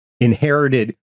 inherited